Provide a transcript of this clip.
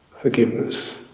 forgiveness